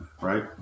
right